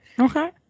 Okay